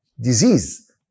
disease